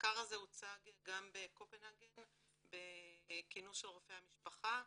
המחקר הוצג גם בכינוס רופאי משפחה בקופנהאגן,